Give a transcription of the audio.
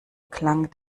klang